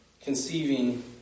conceiving